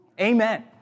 Amen